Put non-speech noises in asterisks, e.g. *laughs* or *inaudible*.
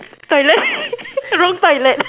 toilet *laughs* wrong toilet